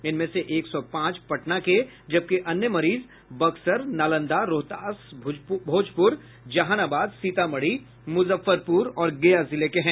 इनमें से एक सौ पांच पटना के जबकि अन्य मरीज बक्सर नालंदा रोहतास भोजपुर जहानाबाद सीतामढ़ी मुजफ्फरपुर और गया जिले के हैं